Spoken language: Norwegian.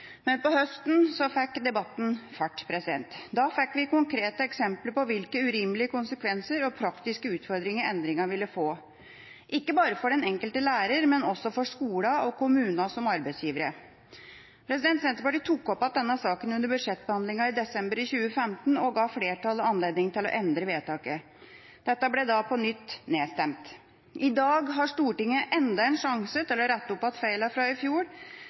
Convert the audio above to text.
men på høsten fikk debatten fart. Da fikk vi konkrete eksempler på hvilke urimelige konsekvenser og praktiske utfordringer endringen ville få, ikke bare for den enkelte lærer, men også for skolene og kommunene som arbeidsgivere. Senterpartiet tok opp igjen denne saken under budsjettbehandlingen i desember i 2015, og ga flertallet anledning til å endre vedtaket. Dette ble på nytt nedstemt. I dag har Stortinget enda en sjanse til å rette opp feila fra i fjor,